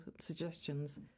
suggestions